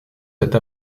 cette